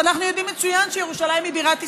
אנחנו יודעים מצוין שירושלים היא בירת ישראל.